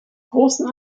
großen